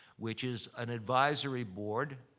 which is an advisory board.